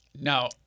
Now